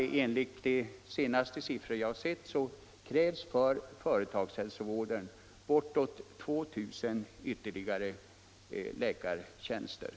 F. n. krävs — enligt de senaste siffror jag sett — för företagshälsovården ytterligare 2 000 läkartjänster.